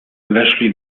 weszli